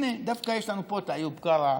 והינה, דווקא יש לנו פה את איוב קרא,